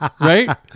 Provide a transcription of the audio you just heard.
Right